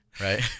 right